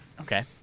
Okay